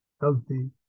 healthy